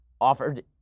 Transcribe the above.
offered